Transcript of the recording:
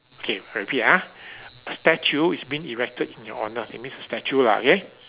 okay I repeat ah a statue is being erected in your honour it means a statue lah okay